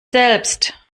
selbst